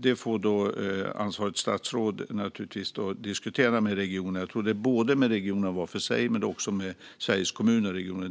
Det får ansvarigt statsråd diskutera med regionerna - både med regionerna var för sig och med Sveriges Kommuner och Regioner.